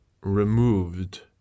removed